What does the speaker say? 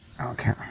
Okay